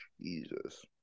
Jesus